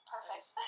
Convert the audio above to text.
Perfect